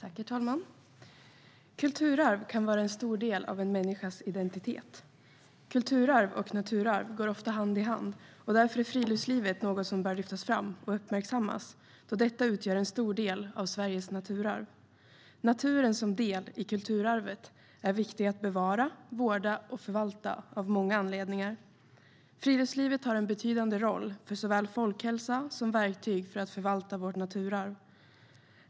Herr talman! Kulturarv kan vara en stor del av en människas identitet. Kulturarv och naturarv går ofta hand i hand, och därför är friluftslivet något som bör lyftas fram och uppmärksammas eftersom detta utgör en stor del av Sveriges naturarv. Naturen som del i kulturarvet är viktig att bevara, vårda och förvalta av många anledningar. Friluftslivet har en betydande roll för folkhälsan och är ett verktyg för att förvalta vårt naturarv.